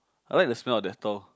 I like the smell of dettol